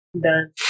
done